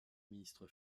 ministre